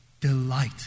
delight